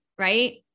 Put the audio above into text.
right